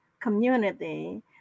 community